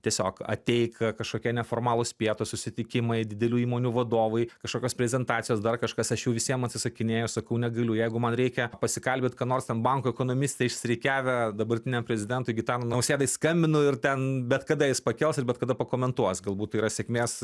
tiesiog ateik kažkokie neformalūs pietūs susitikimai didelių įmonių vadovai kažkokios prezentacijos dar kažkas aš jau visiems atsisakinėju sakau negaliu jeigu man reikia pasikalbyt ką nors ten banko ekonomistai išsirikiavę dabartiniam prezidentui gitanui nausėdai skambinu ir ten bet kada jis pakels ir bet kada pakomentuos galbūt tai yra sėkmės